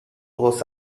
was